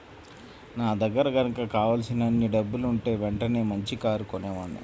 నా దగ్గర గనక కావలసినన్ని డబ్బులుంటే వెంటనే మంచి కారు కొనేవాడ్ని